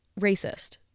racist